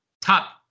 top